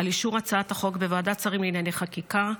על אישור הצעת החוק בוועדת השרים לענייני חקיקה.